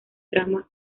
trama